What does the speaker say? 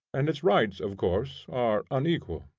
and its rights of course are unequal.